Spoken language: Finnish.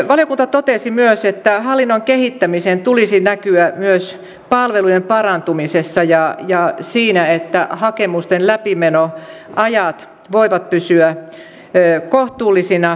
valiokunta totesi myös että hallinnon kehittämisen tulisi näkyä myös palvelujen parantumisessa ja siinä että hakemusten läpimenoajat voivat pysyä kohtuullisina